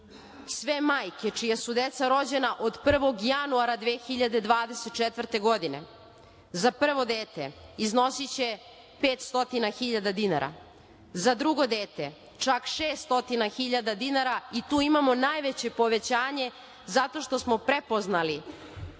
sve majke čija su deca rođena od 1. januara 2024. godine za prvo dete iznosiće 500.000 dinara, za drugo dete čak 600.000 dinara, i tu imamo najveće povećanje zato što smo prepoznali